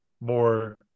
more